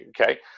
Okay